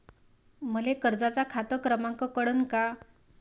मले कर्जाचा खात क्रमांक कळन का?